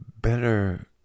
better